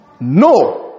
No